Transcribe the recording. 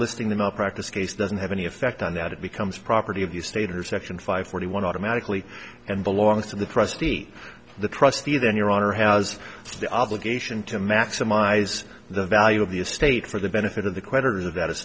listing them up practice case doesn't have any effect on that it becomes property of the state or section five forty one automatically and belongs to the prestige of the trustee then your honor has the obligation to maximize the value of the estate for the benefit of the creditors of